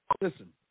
listen